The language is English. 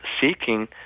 seeking